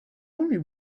only